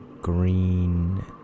green